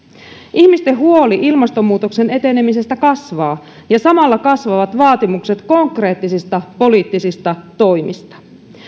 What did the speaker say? ihmisten huoli ilmastonmuutoksen etenemisestä kasvaa ja samalla kasvavat vaatimukset konkreettisista poliittisista toimista